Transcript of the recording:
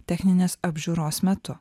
techninės apžiūros metu